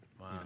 Wow